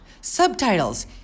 Subtitles